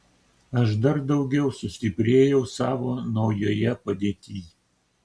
aš dar daugiau sustiprėjau savo naujoje padėtyj